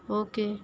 okay